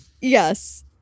Yes